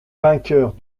vainqueurs